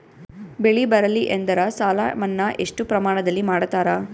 ಬೆಳಿ ಬರಲ್ಲಿ ಎಂದರ ಸಾಲ ಮನ್ನಾ ಎಷ್ಟು ಪ್ರಮಾಣದಲ್ಲಿ ಮಾಡತಾರ?